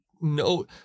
no